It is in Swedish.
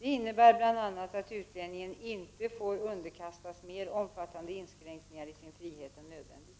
Det innebär bl.a. att utlänningen inte får underkastas mer omfattande inskränkningar i sin frihet än nödvändigt.